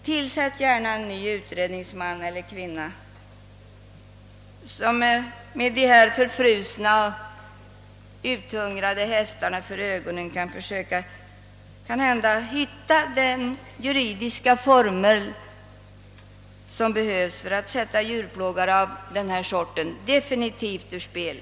Tillsätt gärna en ny utredningsman eller kvinna, som med de här förfrusna, uthungrade hästarna för ögonen kan försöka att hitta den juridiska formel som behövs för att sätta djurplågare av denna sort definitivt ur spel.